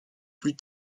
plus